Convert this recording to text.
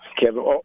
Kevin